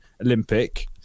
Olympic